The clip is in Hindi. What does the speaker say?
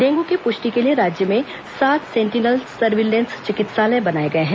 डेंगू की पुष्टि के लिए राज्य में सात सेंटिनल सर्विलेंस चिकित्सालय बनाए गए हैं